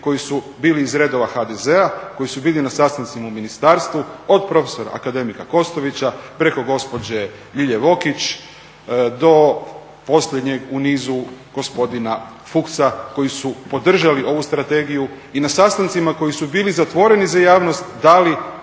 koji su bili iz redova HDZ-a, koji su bili na sastancima u ministarstvu od prof. akademika Kostovića preko gospođe Ljilje Vokić do posljednjeg u nizu gospodina Fuchsa koji su podržali ovu strategiju i na sastancima koji su bili zatvoreni za javnost dali